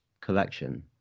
collection